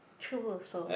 true also